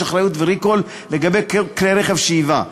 אחריות ו-recall לגבי כלי רכב שייבא,